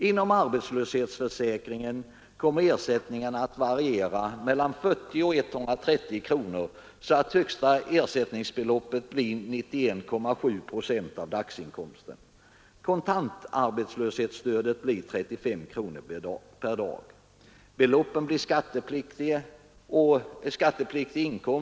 Inom arbetslöshetsförsäkringen kommer ersättningarna att variera mellan 40 och 130 kronor, så att högsta ersättningsbelopp blir 91,7 procent av dagsinkomsten. Det kontanta arbetslöshetsstödet blir 35 kronor per dag. Beloppen blir skattepliktig inkomst och ger ATP-poäng.